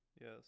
Yes